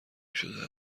شده